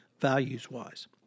values-wise